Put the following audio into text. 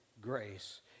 grace